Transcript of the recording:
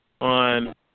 on